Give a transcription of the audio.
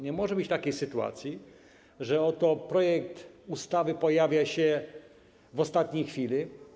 Nie może być takiej sytuacji, że projekt ustawy pojawia się w ostatniej chwili.